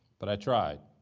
but i tried.